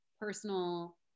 personal